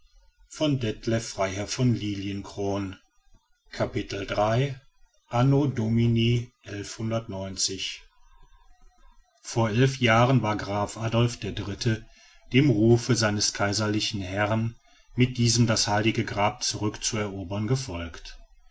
vor elf jahren war graf adolf der dritte dem rufe seines kaiserlichen herrn mit diesem das heilige grab zurückzuerobern gefolgt